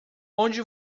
onde